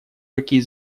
какие